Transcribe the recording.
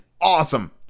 awesome